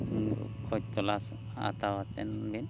ᱠᱷᱚᱡᱽ ᱛᱚᱞᱟᱥ ᱦᱟᱛᱟᱣ ᱟᱛᱮᱱ ᱵᱤᱱ